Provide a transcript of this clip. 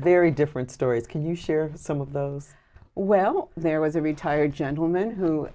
very different stories can you share some of those well there was a retired gentleman who